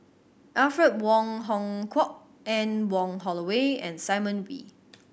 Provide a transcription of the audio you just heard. Alfred Wong Hong Kwok Anne Wong Holloway and Simon Wee